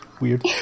weird